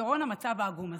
בפתרון המצב העגום הזה.